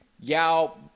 Y'all